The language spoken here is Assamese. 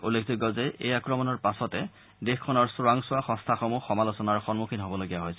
উল্লেখযোগ্য যে এই আক্ৰমণৰ পাছতে দেশখনৰ চোৱাংচোৱা সংস্থাসমূহ সমালোচনাৰ সন্মুখীন হ'বলগীয়া হৈছে